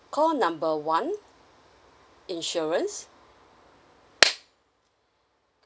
call number one insurance